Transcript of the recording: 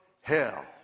hell